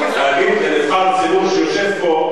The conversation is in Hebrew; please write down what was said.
להגיד לנבחר ציבור שיושב פה,